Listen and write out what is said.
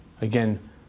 again